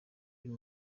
uyu